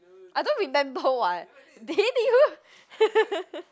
I don't remember [what] then did you